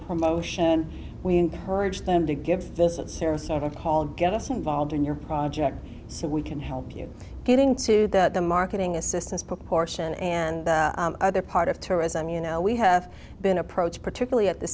promotion and we encourage them to give visit sarasota call get us involved in your project so we can help you getting to the marketing assistance proportion and other part of tourism you know we have been approached particularly at the